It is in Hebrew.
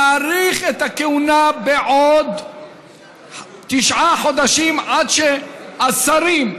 זה להאריך את הכהונה בעוד תשעה חודשים עד שהשרים,